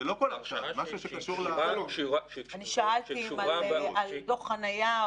אלא הרשעה שקשורה לפעילות שלו בלבנון.